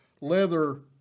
leather